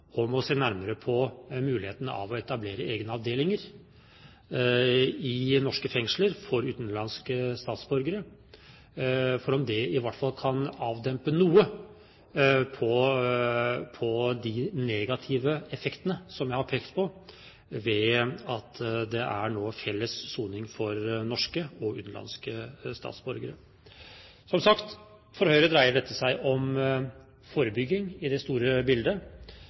om å se nærmere på muligheten for å etablere egne avdelinger i norske fengsler for utenlandske statsborgere, for å se om det i hvert fall kan avdempe noe på de negative effektene som jeg har pekt på, ved at det nå er felles soning for norske og utenlandske statsborgere. Som sagt: For Høyre dreier dette seg om forebygging i det store bildet,